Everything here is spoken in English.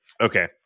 Okay